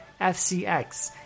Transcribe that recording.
FCX